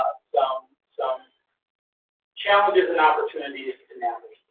ah so um so challenges and opportunities to navigate.